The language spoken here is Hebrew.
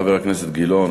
חבר הכנסת אילן גילאון,